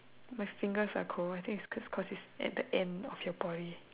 my fingers are cold I think it's cause cause it's at the end of your body